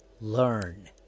Learn